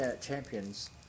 champions